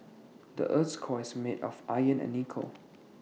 the Earth's core is made of iron and nickel